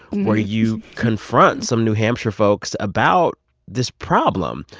where you confront some new hampshire folks about this problem.